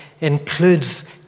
includes